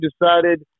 decided